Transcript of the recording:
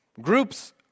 Groups